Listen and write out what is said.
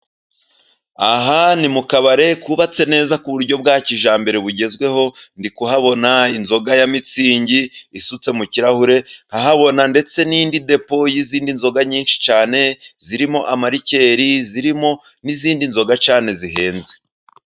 Aha ni mu kabari kubabatse neza ku buryo bwa kijyambere bugezweho, ndi kuhabona inzoga ya Mitsingi isutse mu kirahure, nkahabona ndetse n'indi depo y'izindi nzoga nyinshi cyane, zirimo amarikeri, zirimo n'izindi nzoga cyane zihenze.